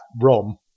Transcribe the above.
rom